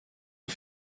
ont